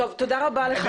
תודה רבה לך.